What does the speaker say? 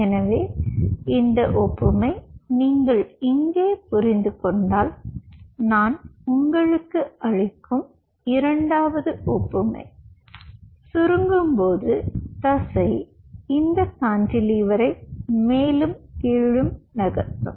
எனவே இந்த ஒப்புமை நீங்கள் இங்கே புரிந்து கொண்டால் நான் உங்களுக்கு அளிக்கும் இரண்டாவது ஒப்புமை சுருங்கும் போது தசை இந்த கான்டிலீவரை மேலும் கீழும் நகர்த்தும்